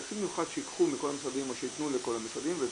תקציב מיוחד שייקחו מכל המשרדים או שייתנו לכל המשרדים,